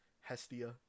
Hestia